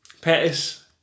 Pettis